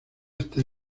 está